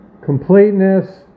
completeness